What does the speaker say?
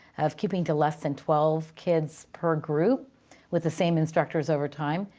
of keeping to less than twelve kids per group with the same instructors over time.